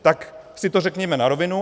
Tak si to řekněme na rovinu.